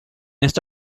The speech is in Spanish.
esta